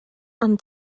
and